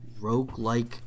roguelike